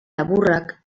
laburrak